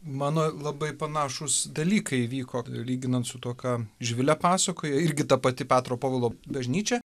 mano labai panašūs dalykai vyko lyginant su tuo ką živilė pasakoja irgi ta pati petro povilo bažnyčia